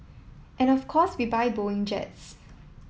and of course we buy Boeing jets